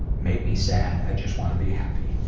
made me sad. i just want to be happy.